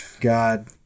God